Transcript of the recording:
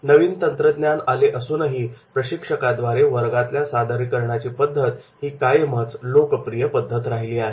नवीन तंत्रज्ञान आले असूनही प्रशिक्षकाद्वारे वर्गातल्या सादरीकरणाची पद्धत ही कायमच लोकप्रिय पद्धत राहिली आहे